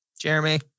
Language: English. Jeremy